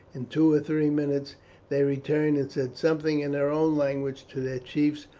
in two or three minutes they returned and said something in their own language to their chiefs,